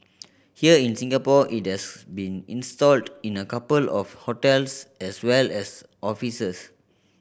here in Singapore it has been installed in a couple of hotels as well as offices